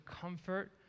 comfort